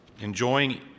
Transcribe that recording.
enjoying